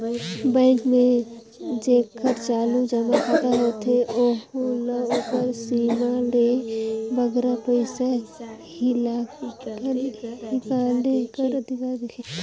bank में जेकर चालू जमा खाता होथे ओहू ल ओकर सीमा ले बगरा पइसा हिंकाले कर अधिकार देथे